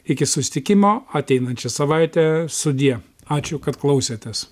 iki susitikimo ateinančią savaitę sudie ačiū kad klausėtės